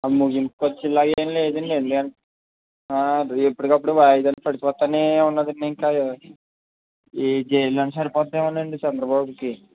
ముగింపుకొచ్చేలా ఏం లేదండి ఎప్పడికప్పుడు వాయిదాలు పడిపోతూనే ఉన్నదండీ ఇంకా ఈ జైల్లోనే సరిపోద్దేమోనండి చంద్రబాబుకి